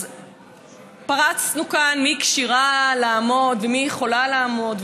אז פרסנו כאן מי כשירה לעמוד ומי יכולה לעמוד,